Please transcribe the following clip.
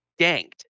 danked